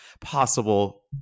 possible